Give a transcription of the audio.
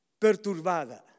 perturbada